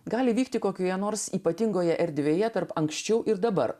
gali vykti kokioje nors ypatingoje erdvėje tarp anksčiau ir dabar